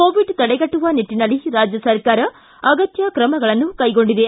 Covid ತಡೆಗಟ್ಟುವ ನಿಟ್ಟನಲ್ಲಿ ರಾಜ್ಯ ಸರ್ಕಾರ ಅಗತ್ಯ ಕ್ರಮಗಳನ್ನು ಕೈಗೊಂಡಿದೆ